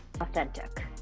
authentic